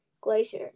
Glacier